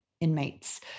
inmates